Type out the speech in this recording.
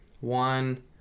one